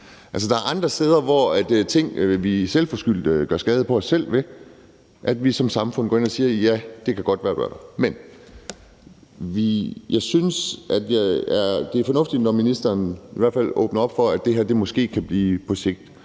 Der er andre områder, hvor man selvforskyldt gør skade på sig selv, og hvor vi som samfund går ind og siger, at vi dækker det. Men jeg synes, at det er fornuftigt, når ministeren i hvert fald åbner op for, at det her måske kan ske på sigt.